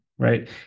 Right